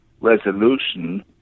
resolution